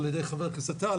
על ידי חבר הכנסת אלון טל,